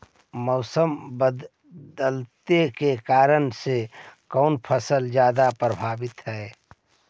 मोसम बदलते के कारन से कोन फसल ज्यादा प्रभाबीत हय?